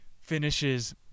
finishes